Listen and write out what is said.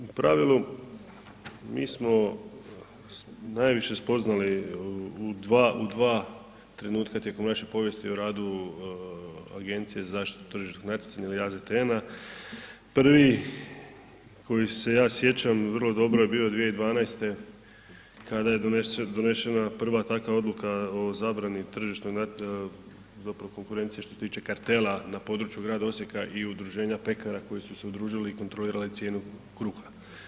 U pravilu mi smo najviše spoznali u dva trenutka tijekom naše povijesti o radu Agencije za zaštitu tržišnog natjecanja ili AZTN-a prvi koji se ja sjećam vrlo dobro je bio 2012. kada je donešena prva takva odluka o zabrani tržišnog, zapravo konkurenciji što se tiče kartela na području grada Osijeka i udruženja pekara koji su se udružili i kontrolirali cijenu kruha.